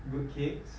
good kids